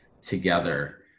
together